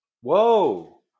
Whoa